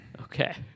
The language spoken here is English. Okay